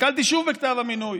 הסתכלתי שוב בכתב המינוי,